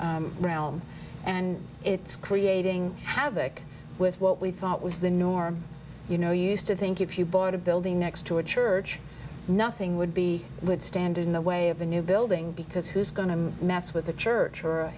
realm and it's creating havoc with what we thought was the norm you know used to think if you bought a building next to a church nothing would be would stand in the way of a new building because who's going to mess with a church or